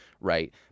right